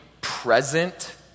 present